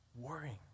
worrying